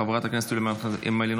חברת הכנסת יוליה מלינובסקי,